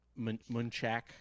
Munchak